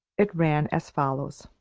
it ran as follows